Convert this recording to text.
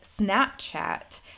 Snapchat